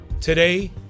Today